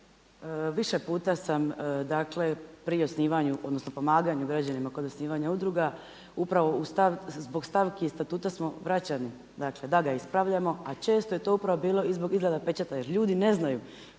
više puta sam dakle pri osnivanju, odnosno pomaganju građanima kod osnivanja udruga upravo zbog stavki iz Statuta smo vraćani, dakle da ga ispravljamo, a često je to upravo bilo i zbog izrade pečata. Jer ljudi ne znaju